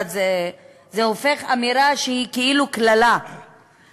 זה הופך לאמירה שהיא כאילו קללה,